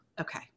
Okay